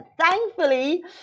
thankfully